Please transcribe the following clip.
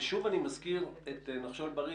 ושוב אני מזכיר את "נחשול בריא",